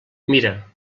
mira